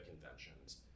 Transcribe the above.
Conventions